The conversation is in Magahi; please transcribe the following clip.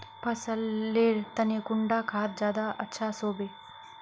फसल लेर तने कुंडा खाद ज्यादा अच्छा सोबे?